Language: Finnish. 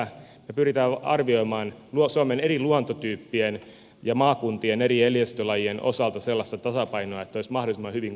me pyrimme arvioimaan suomen eri luontotyyppien ja maakuntien eri eliöstölajien osalta sellaista tasapainoa että olisi mahdollisimman kattava verkosto